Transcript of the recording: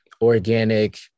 organic